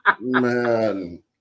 man